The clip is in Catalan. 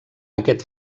aquest